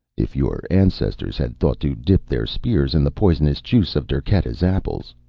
if your ancestors had thought to dip their spears in the poisonous juice of derketa's apples,